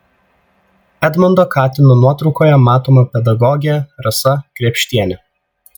edmundo katino nuotraukoje matoma pedagogė rasa krėpštienė